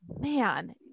man